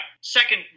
Second